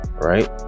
right